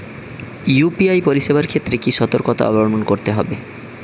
UPI পরিসেবার ক্ষেত্রে কি সতর্কতা অবলম্বন করতে হবে?